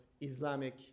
Islamic